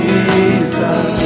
Jesus